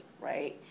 right